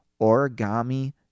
Origami